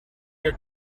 your